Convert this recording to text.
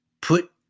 Put